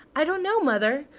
i don't know, mother.